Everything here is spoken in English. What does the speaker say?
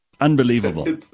Unbelievable